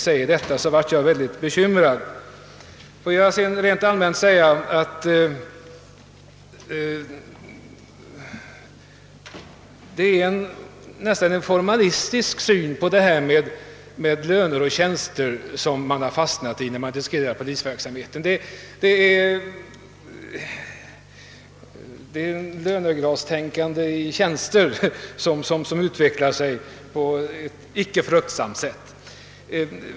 Jag blev mycket bekymrad när hon uttalade sig som hon gjorde. I diskussionen om polisverksamheten har man fastnat i en nära nog formalistisk syn på tjänster. Det har blivit ett renodlat tjänsteoch lönegradstänkande, som inte är fruktsamt.